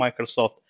Microsoft